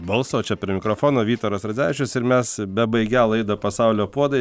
balsą o čia prie mikrofono vytaras radzevičius ir mes bebaigią laidą pasaulio puodai